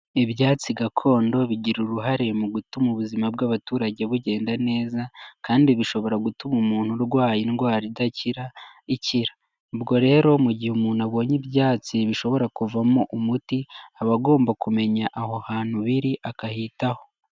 Ibyatsi gakondo, bigira uruhare mu gutuma ubuzima bw'abaturage bugenda neza, kandi bishobora gutuma umuntu urwaye indwara idakira, ikira. Ubwo rero, mu gihe umuntu abonye ibyatsi bishobora kuvamo umuti, aba agomba kumenya aho hantu biri akahitaho.